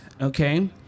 okay